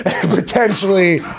potentially